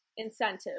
incentive